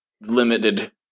limited